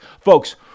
Folks